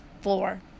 floor